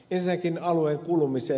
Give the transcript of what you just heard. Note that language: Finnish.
ensinnäkin alueen kulumiseen